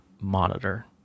monitor